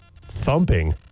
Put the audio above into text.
thumping